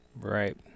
Right